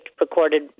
recorded